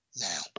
now